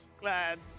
glad